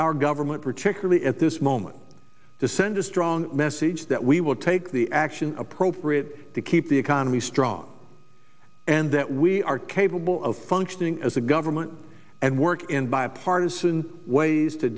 our government particularly at this moment to send a strong message that we will take the action appropriate to keep the economy strong and that we are capable of functioning as a government and work in bipartisan ways to